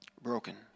broken